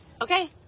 Okay